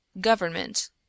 Government